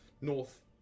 north